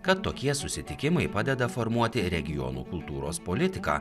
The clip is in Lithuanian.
kad tokie susitikimai padeda formuoti regionų kultūros politiką